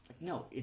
No